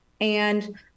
And-